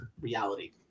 reality